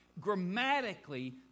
grammatically